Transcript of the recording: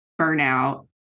burnout